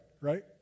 right